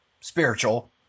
spiritual